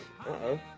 Uh-oh